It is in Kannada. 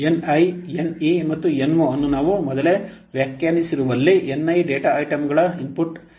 26 Ni Ne ಮತ್ತು No ಅನ್ನು ನಾವು ಮೊದಲೇ ವ್ಯಾಖ್ಯಾನಿಸಿರುವಲ್ಲಿ Ni ಡೇಟಾ ಐಟಂಗಳ ಇನ್ಪುಟ್ N